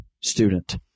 student